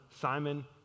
Simon